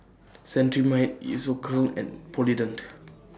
Cetrimide Isocal and Polident